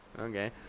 Okay